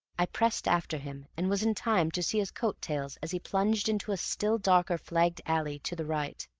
i pressed after him, and was in time to see his coat-tails as he plunged into a still darker flagged alley to the right.